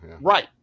Right